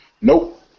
Nope